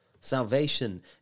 Salvation